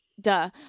Duh